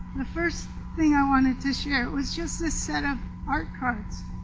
the first thing i wanted to share was just a set of art cards.